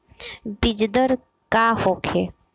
बीजदर का होखे?